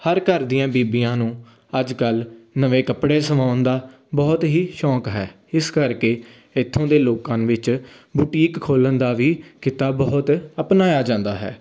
ਹਰ ਘਰ ਦੀਆਂ ਬੀਬੀਆਂ ਨੂੰ ਅੱਜ ਕੱਲ੍ਹ ਨਵੇਂ ਕੱਪੜੇ ਸਵਾਉਣ ਦਾ ਬਹੁਤ ਹੀ ਸ਼ੌਕ ਹੈ ਇਸ ਕਰਕੇ ਇੱਥੋਂ ਦੇ ਲੋਕਾਂ ਵਿੱਚ ਬੁਟੀਕ ਖੋਲ੍ਹਣ ਦਾ ਵੀ ਕਿੱਤਾ ਬਹੁਤ ਅਪਣਾਇਆ ਜਾਂਦਾ ਹੈ